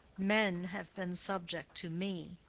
men have been subject to me.